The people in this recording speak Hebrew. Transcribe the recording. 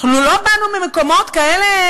אנחנו לא באנו ממקומות כאלה